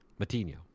Matinho